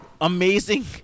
amazing